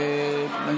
לוועדת הכנסת.